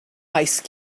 ice